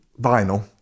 vinyl